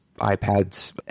iPads